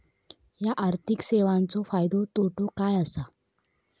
हया आर्थिक सेवेंचो फायदो तोटो काय आसा?